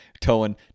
towing